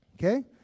Okay